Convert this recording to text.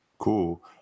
Cool